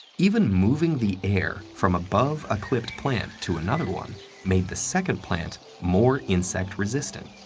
even moving the air from above a clipped plant to another one made the second plant more insect-resistant.